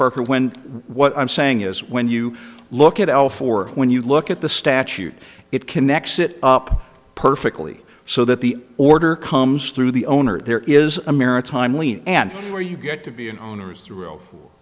parker when what i'm saying is when you look at all four when you look at the statute it connects it up perfectly so that the order comes through the owner there is a maritime lien and where you get to be an owner